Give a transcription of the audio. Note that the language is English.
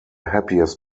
happiest